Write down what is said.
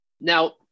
Now